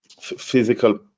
physical